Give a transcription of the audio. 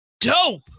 dope